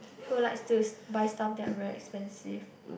who likes to buy stuff that are very expensive